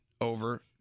over